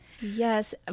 yes